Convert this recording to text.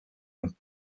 them